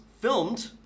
filmed